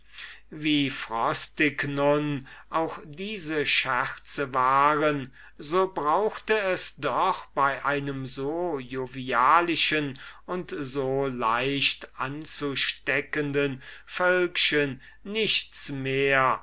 wie frostig nun auch diese scherze waren so brauchte es doch bei einem so jovialischen und so leicht anzusteckenden völkchen nichts mehr